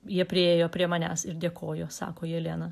jie priėjo prie manęs ir dėkojo sako jelena